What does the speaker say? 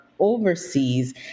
overseas